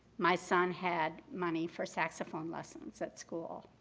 my son had money for saxophone lessons at school.